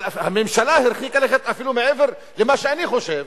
אבל הממשלה הרחיקה לכת אפילו מעבר למה שאני חושב,